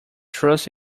trust